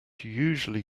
usually